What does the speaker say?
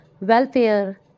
Welfare